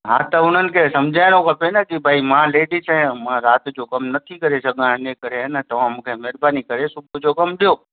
हा त उन्हनि खे समुझाइणो खपे की भई मां लेडीस आहियां मां राति जो कमु नथी करे सघां इन करे आहे न तव्हां मूंखे महिरबानी करे सुबुह जो कमु ॾियो